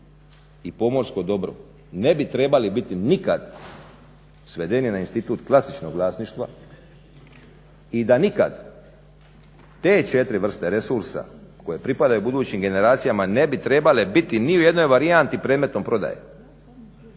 i pomorsko dobro ne bi trebali biti nikad svedeni na institut klasičnog vlasništva i da nikad te 4 vrste resursa koje pripadaju budućim generacijama ne bi trebale biti ni u jednoj varijanti predmetom prodaje.